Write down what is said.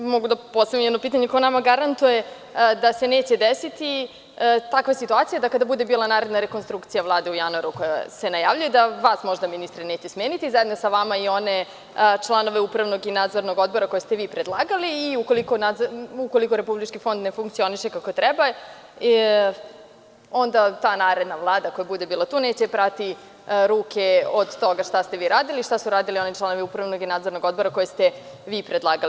Mogu da postavim jedno pitanje – ko nama garantuje da se neće desiti takva situacija, da kada bude bila naredna rekonstrukcija Vlade u januaru koja se najavljuje, da vas možda ministre neće smeniti, zajedno sa vama i one članove Upravnog i Nadzornog odbora koje ste vi predlagali i ukoliko Republički fond ne funkcioniše kako treba, onda ta naredna vlada koja bude bila tu neće prati ruke od toga što ste vi radili, šta su radili oni članovi Upravnog i Nadzornog odbora koje ste vi predlagali.